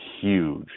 huge